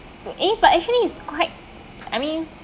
eh but actually it's quite I mean